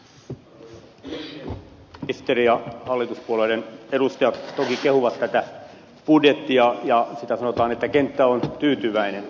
ministeri ja hallituspuolueiden edustajat toki kehuvat tätä budjettia ja sanotaan että kenttä on tyytyväinen